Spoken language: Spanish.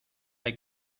hay